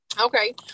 Okay